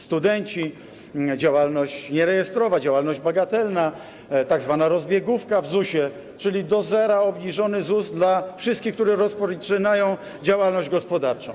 Studenci, działalność nierejestrowa, działalność niebagatelna, tzw. rozbiegówka w ZUS-ie, czyli do zera obniżony ZUS dla wszystkich, którzy rozpoczynają działalność gospodarczą.